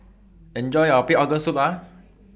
Enjoy your Pig Organ Soup